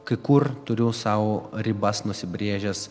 kai kur turiu sau ribas nusibrėžęs